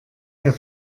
der